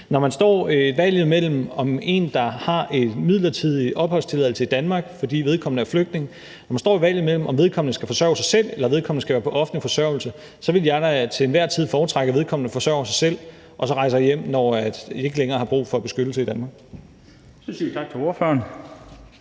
når man står med en, der har en midlertidig opholdstilladelse i Danmark, fordi vedkommende er flygtning og man står med valget mellem, om vedkommende skal forsørge sig selv, eller om vedkommende skal på offentlig forsørgelse, så ville jeg da til enhver tid foretrække, at vedkommende forsørger sig selv og så rejser hjem, når man ikke længere har brug for beskyttelse i Danmark. Kl. 13:11 Den fg. formand